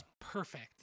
perfect